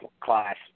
class